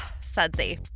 sudsy